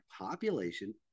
population